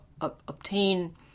obtain